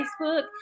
Facebook